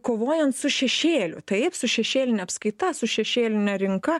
kovojant su šešėliu taip su šešėline apskaita su šešėline rinka